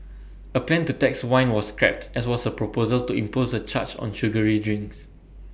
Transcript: A plan to tax wine was scrapped as was A proposal to impose A charge on sugary drinks